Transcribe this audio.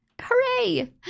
Hooray